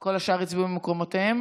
כל השאר הצביעו במקומותיהם?